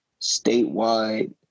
statewide